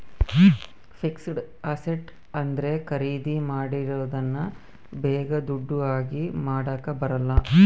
fixed asset ಅಂದ್ರೆ ಖರೀದಿ ಮಾಡಿರೋದನ್ನ ಬೇಗ ದುಡ್ಡು ಆಗಿ ಮಾಡಾಕ ಬರಲ್ಲ